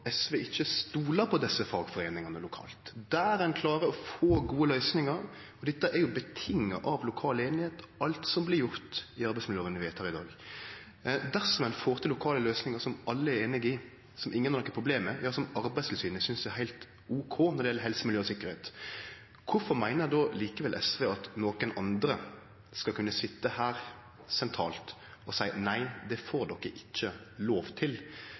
SV ikkje stolar på desse fagforeiningane lokalt, der ein klarer å få gode løysingar, for alt som blir gjort i den arbeidsmiljøloven vi vedtek i dag, føreset jo lokal einigheit. Dersom ein får til lokale løysingar som alle er einige i, som ingen har noko problem med, ja, som Arbeidstilsynet synest er heilt ok når det gjeld helse, miljø og sikkerheit, kvifor meiner då likevel SV at nokon andre skal kunne sitje sentralt og seie nei, det får de ikkje lov til.